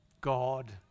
God